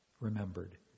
remembered